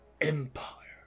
empire